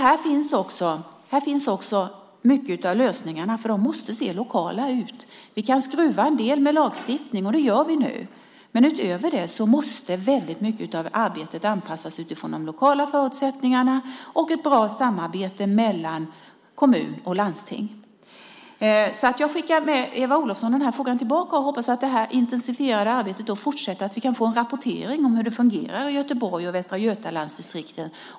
Här finns också många av lösningarna, eftersom de måste vara lokala. Vi kan skruva en del med lagstiftning, och det gör vi nu. Men utöver det måste väldigt mycket av arbetet anpassas utifrån de lokala förutsättningarna och ett bra samarbete mellan kommun och landsting. Jag skickar med Eva Olofsson denna fråga tillbaka och hoppas att det intensifierade arbetet fortsätter och att vi kan få en rapport om hur det fungerar i Göteborg och i Västra Götalandsdistrikten.